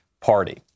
party